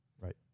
right